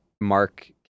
Mark